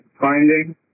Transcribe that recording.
finding